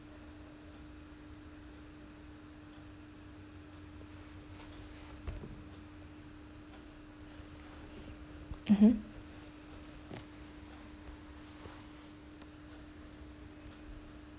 mmhmm